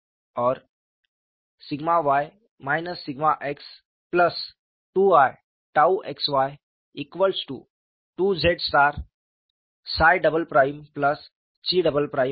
और y x2i xy2z 𝛘 है